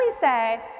say